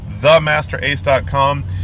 themasterace.com